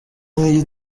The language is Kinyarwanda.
niyo